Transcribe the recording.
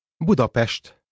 Budapest